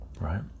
Right